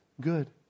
good